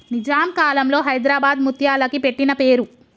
నిజాం కాలంలో హైదరాబాద్ ముత్యాలకి పెట్టిన పేరు